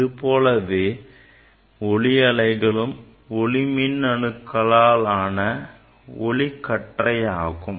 இதுபோலவே ஒளி அலைகளும் ஒளிமின் அணுக்களாளன ஒளிமின்கற்றையாகும்